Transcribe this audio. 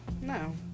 no